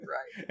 Right